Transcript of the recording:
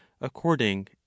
according